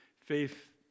Faith